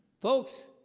Folks